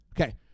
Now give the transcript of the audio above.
Okay